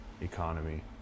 economy